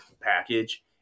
package